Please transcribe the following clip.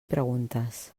preguntes